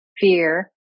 fear